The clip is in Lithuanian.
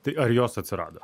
tai ar jos atsirado